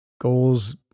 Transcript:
Goals